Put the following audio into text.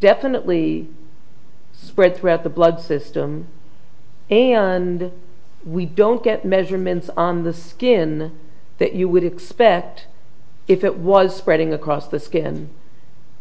definitely spread throughout the blood system and we don't get measurements on the skin that you would expect if it was spreading across the skin